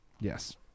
Yes